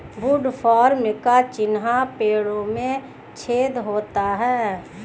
woodworm का चिन्ह पेड़ों में छेद होता है